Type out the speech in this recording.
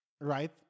right